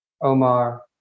Omar